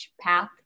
path